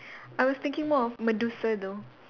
I was thinking more of medusa though